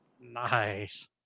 Nice